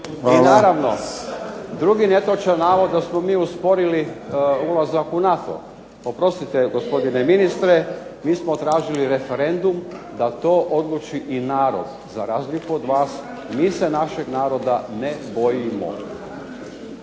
I naravno, drugi netočan navod da smo mi usporili ulazak u NATO. Oprostite gospodine ministre, mi smo tražili referendum da to odluči i narod, za razliku od nas mi se našeg naroda ne bojimo.